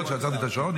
לראות שעצרתי את השעון,